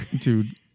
dude